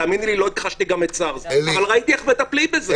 לא הכחשתי גם את סארס, אבל ראיתי איך מטפלים בזה.